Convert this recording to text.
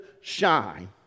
shine